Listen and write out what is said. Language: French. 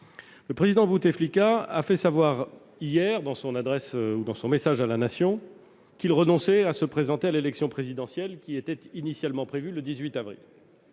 Le Président Bouteflika a fait savoir hier, dans son message à la nation, qu'il renonçait à se présenter à l'élection présidentielle initialement prévue le 18 avril.